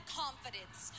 confidence